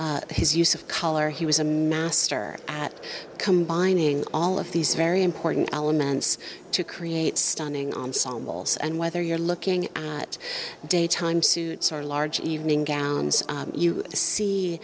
craftsmanship his use of color he was a master at combining all of these very important elements to create stunning ensembles and whether you're looking at daytime suits or large evening gowns you see